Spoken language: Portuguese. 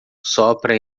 sopra